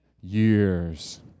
years